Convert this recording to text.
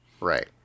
Right